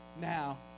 now